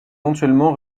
éventuellement